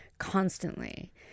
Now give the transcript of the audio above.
Constantly